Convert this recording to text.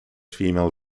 female